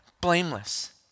blameless